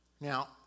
Now